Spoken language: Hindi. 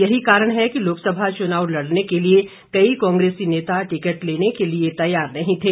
यही कारण है कि लोकसभा चुनाव लड़ने के लिए कई कांग्रेसी नेता टिकट लेने के लिए तैयार नहीं थे